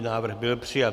Návrh byl přijat.